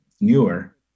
newer